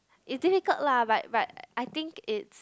it difficult lah but but I think it's